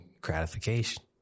gratification